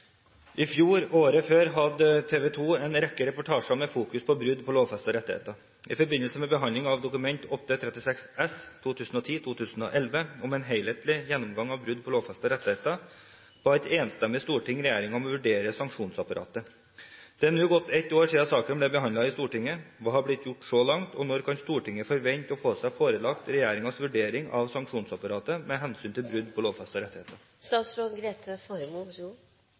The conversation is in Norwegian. I forbindelse med behandlingen av Dokument 8:36 S for 2010-2011 om en helhetlig gjennomgang av brudd på lovfestede rettigheter, ba et enstemmig storting regjeringen om å vurdere sanksjonsapparatet. Det har nå gått ett år siden saken ble behandlet i Stortinget. Hva har blitt gjort så langt, og når kan Stortinget forvente å få seg forelagt regjeringens vurdering av sanksjonsapparatet med hensyn til brudd på lovfestede rettigheter?»